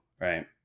right